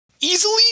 easily